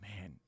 man